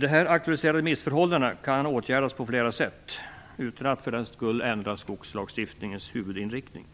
De aktualiserade missförhållanden kan åtgärdas på flera sätt utan att för den skull ändra skogslagstiftningens huvudinriktning.